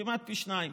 כמעט פי שניים,